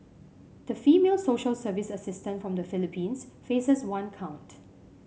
the female social service assistant from the Philippines faces one count